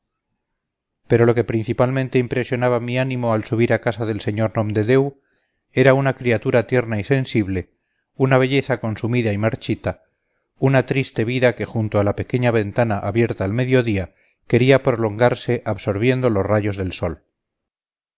pero lo que principalmente impresionaba mi ánimo al subir a casa del sr nomdedeu era una criatura tierna y sensible una belleza consumida y marchita una triste vida que junto a la pequeña ventana abierta al mediodía quería prolongarse absorbiendo los rayos del sol